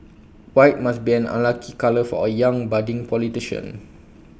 white must be an unlucky colour for A young budding politician